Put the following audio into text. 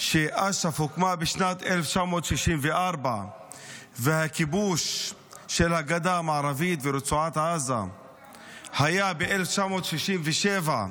שאש"ף הוקם בשנת 1964 והכיבוש של הגדה המערבית ורצועת עזה היה ב-1967,